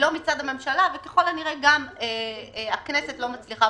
לא מצד הממשלה וככל הנראה, גם הכנסת לא מצליחה